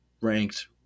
ranked